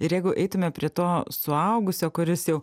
ir jeigu eitumėme prie to suaugusio kuris jau